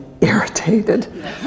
irritated